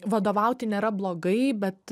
vadovauti nėra blogai bet